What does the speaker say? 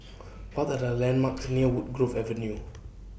What Are The landmarks near Woodgrove Avenue